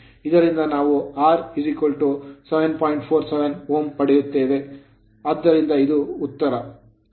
ಆದ್ದರಿಂದ ಇದು ಉತ್ತರ ನಾವು ಈ ಹೆಚ್ಚಿನ resistance ಪ್ರತಿರೋಧವನ್ನು ಸೇರಿಸಬೇಕು